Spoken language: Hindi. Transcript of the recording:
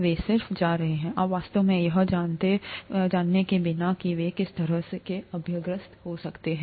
वे सिर्फ जा रहे हैं आप वास्तव में यह जानने के बिना कि वे किस तरह के अभ्यस्त हो सकते हैं